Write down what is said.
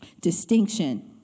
Distinction